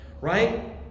right